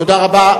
תודה רבה.